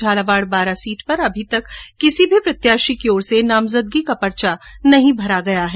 Jhalawar Baran seat पर अभी तक किसी भी प्रत्याशी की ओर से नामजदगी का पर्चा नही भरा गया है